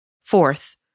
Fourth